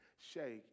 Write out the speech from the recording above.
shake